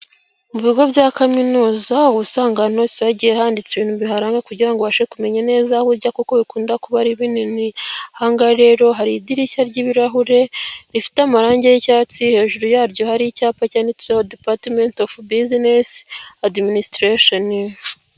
Mu bigo bya kaminuza ubu usanga ahantu hagiye handitse ibintu biharanga kugirango ubashe kumenya neza aho ujya kuko bikunda kuba ari binini. aha ngaha rero hari idirishya ry'ibirahure ,rifite amarangi y'icyatsi hejuru yaryo hari icyapa cyanditseho department of business administration.